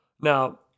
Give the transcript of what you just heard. Now